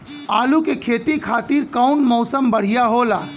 आलू के खेती खातिर कउन मौसम बढ़ियां होला?